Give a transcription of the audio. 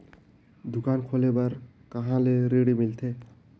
दुकान खोले बार कहा ले ऋण मिलथे?